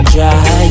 Dry